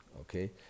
Okay